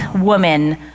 woman